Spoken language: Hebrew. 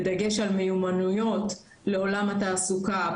בדגש על מיומנויות לעולם התעסוקה,